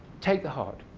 take the heart.